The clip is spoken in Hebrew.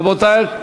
רבותי,